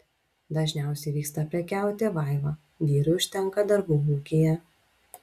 dažniausiai vyksta prekiauti vaiva vyrui užtenka darbų ūkyje